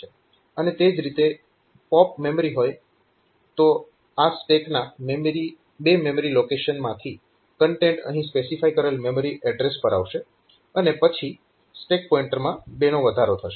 અને તે જ રીતે જો POP mem હોય તો આ સ્ટેકના બે મેમરી લોકેશનમાંથી કન્ટેન્ટ અહીં સ્પેસિફાય કરેલ મેમરી એડ્રેસ પર આવશે અને પછી સ્ટેક પોઇન્ટરમાં 2 નો વધારો થશે